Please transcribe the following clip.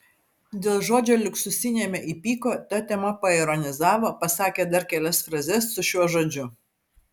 dėl žodžio liuksusiniame įpyko ta tema paironizavo pasakė dar kelias frazes su šiuo žodžiu